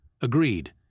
Agreed